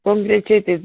konkrečiai tai